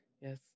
yes